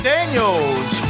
Daniels